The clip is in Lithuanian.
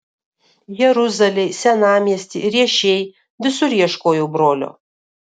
jeruzalėj senamiesty riešėj visur ieškojau brolio